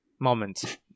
moment